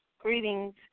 Greetings